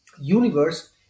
universe